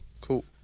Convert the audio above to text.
Cool